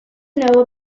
know